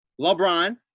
LeBron